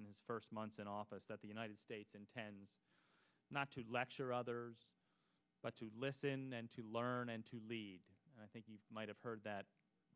in his first months in office that the united states intends not to lecture others but to listen and to learn and to lead and i think you might have heard that